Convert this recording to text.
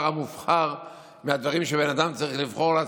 המובחר מהדברים שבן אדם צריך לבחור לעצמו,